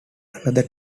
another